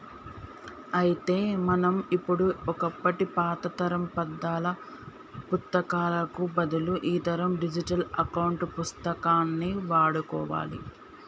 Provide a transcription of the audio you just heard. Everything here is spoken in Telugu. అయితే మనం ఇప్పుడు ఒకప్పటి పాతతరం పద్దాల పుత్తకాలకు బదులు ఈతరం డిజిటల్ అకౌంట్ పుస్తకాన్ని వాడుకోవాలి